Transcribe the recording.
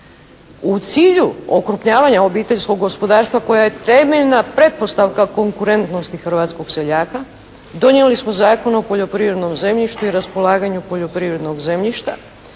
U cilju okrupnjavanja obiteljskog gospodarstva koja je temeljna pretpostavka konkurentnosti hrvatskog seljaka, donijeli smo Zakon o poljoprivrednom zemljištu i raspolaganju poljoprivrednog zemljišta.